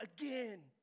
again